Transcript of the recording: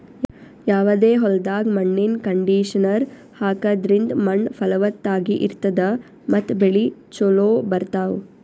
ಯಾವದೇ ಹೊಲ್ದಾಗ್ ಮಣ್ಣಿನ್ ಕಂಡೀಷನರ್ ಹಾಕದ್ರಿಂದ್ ಮಣ್ಣ್ ಫಲವತ್ತಾಗಿ ಇರ್ತದ ಮತ್ತ್ ಬೆಳಿ ಚೋಲೊ ಬರ್ತಾವ್